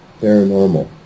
paranormal